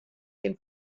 den